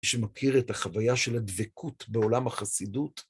מי שמכיר את החוויה של הדבקות בעולם החסידות,